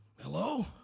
Hello